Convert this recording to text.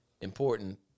important